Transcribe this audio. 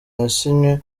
yasinywe